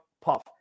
puff